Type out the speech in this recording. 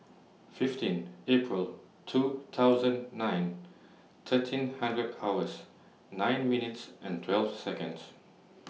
fifteen April two thousand nine thirteen hundred hours nine minutes and twelve Seconds